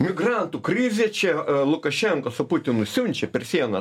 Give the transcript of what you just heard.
migrantų krizė čia lukašenka su putinu siunčia per sieną